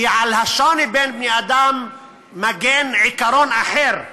כי על השוני בין בני-אדם מגן עיקרון אחר,